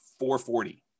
440